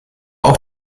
auch